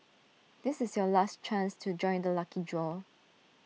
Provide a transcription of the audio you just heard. this is your last chance to join the lucky draw